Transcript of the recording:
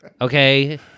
Okay